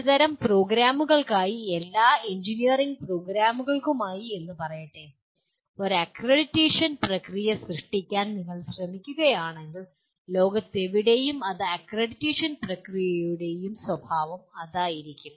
ഒരുതരം പ്രോഗ്രാമുകൾക്കായി എല്ലാ എഞ്ചിനീയറിംഗ് പ്രോഗ്രാമുകൾക്കുമായി എന്ന് പറയട്ടെ ഒരു അക്രഡിറ്റേഷൻ പ്രക്രിയ സൃഷ്ടിക്കാൻ നിങ്ങൾ ശ്രമിക്കുകയാണെങ്കിൽ ലോകത്തെവിടെയും ഏത് അക്രഡിറ്റേഷൻ പ്രക്രിയയുടെയും സ്വഭാവം അതായിരിക്കും